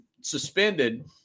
suspended